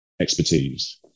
expertise